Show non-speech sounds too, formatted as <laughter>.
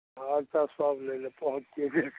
हँ अच्छा सब लै लऽ पहुँच <unintelligible>